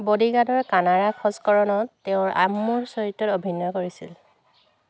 ব'ডিগাৰ্ডৰ কানাড়া সংস্কৰণত তেওঁ আম্মুৰ চৰিত্ৰত অভিনয় কৰিছিল